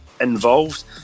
involved